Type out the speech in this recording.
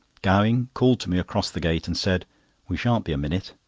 gowing called to me across the gate, and said we shan't be a minute.